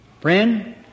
Friend